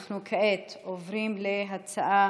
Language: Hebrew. אנחנו כעת עוברים להצעה